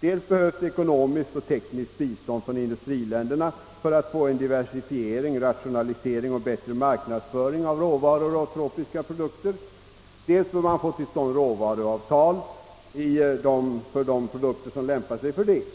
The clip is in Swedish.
Dels krävs ekonomiskt och tekniskt bistånd från industriländerna för att åstadkomma en diversifiering, rationalisering och bättre marknadsföring av råvaror och tropiska produkter, dels behöver man få till stånd råvaruavtal för de produkter som lämpar sig för det.